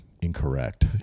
incorrect